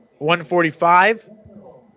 145